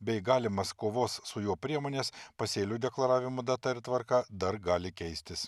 bei galimas kovos su juo priemones pasėlių deklaravimo data ir tvarka dar gali keistis